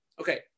Okay